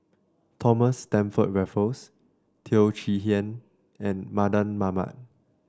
Thomas Stamford Raffles Teo Chee Hean and Mardan Mamat